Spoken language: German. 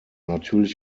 natürlich